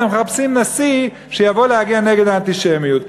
אנחנו מחפשים נשיא שיבוא להגן נגד האנטישמיות.